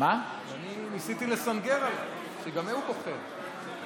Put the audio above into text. אני ניסיתי לסנגר עליו שגם הוא בוחר להיות באופוזיציה.